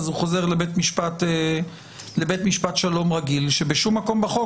הוא חוזר לבית משפט שלום רגיל שבשום מקום בחוק